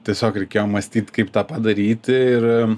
tiesiog reikėjo mąstyt kaip tą padaryti ir